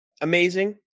amazing